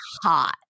hot